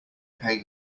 pay